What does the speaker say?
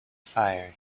fire